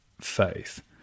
faith